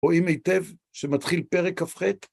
רואים היטב שמתחיל פרק כ"ח?